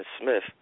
Smith